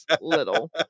little